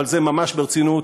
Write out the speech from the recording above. אבל זה ממש ברצינות,